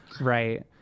Right